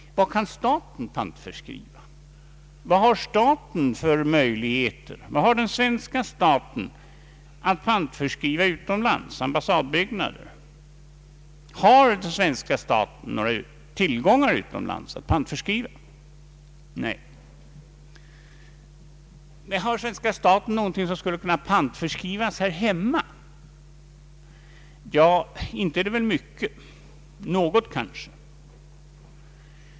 Vad kan den svenska staten pantförskriva? Vad har den att pantförskriva utomlands? Ambassadbyggnader? Har svenska staten över huvud taget några tillgångar utomlands att pantförskriva? Nej. Har svenska staten någonting som skulle kunna pantförskrivas här hemma? Ja, inte är det väl mycket; något kanske.